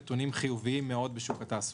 -- נתונים חיוביים מאוד בשוק התעסוקה.